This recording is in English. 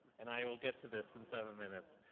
and i will get to this in seven minutes.